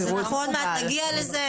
נגיע לזה.